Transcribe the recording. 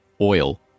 oil